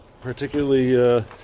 particularly